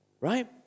Right